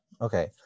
Okay